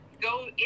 go